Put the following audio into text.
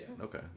Okay